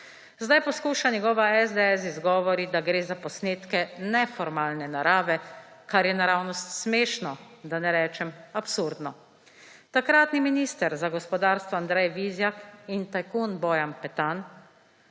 Zdaj poskuša njegova SDS z izgovori, da gre za posnetke neformalne narave, kar je naravnost smešno, da ne rečem absurdno. Takratni minister za gospodarstvo, Andrej Vizjak in tajkun Bojan Petan,